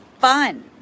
fun